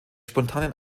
spontanen